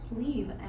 leave